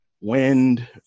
wind